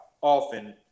often